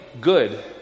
good